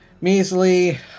measly